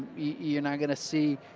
you're not going to see